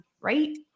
right